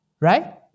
right